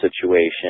situation